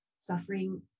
suffering